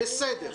בסדר.